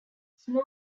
snow